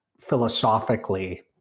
philosophically